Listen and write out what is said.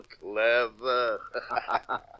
clever